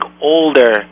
older